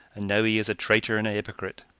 and now he is a traitor and a hypocrite.